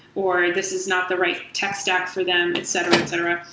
or this is not the right tech stack for them, etc, etc.